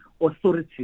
authorities